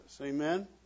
Amen